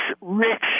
rich